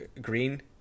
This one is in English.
green